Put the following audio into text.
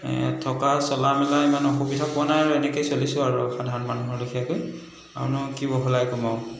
থকা চলা মিলা ইমান অসুবিধা পোৱা নাই আৰু এনেকেই চলিছোঁ আৰু সাধাৰণ মানুহৰ লেখিয়াকৈ আৰুনো কি বহলাই কম আৰু